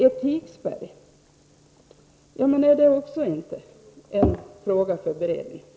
Också frågan om etikspärr är väl ett spörsmål för beredningen.